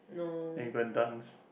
then you go and dance